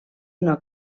una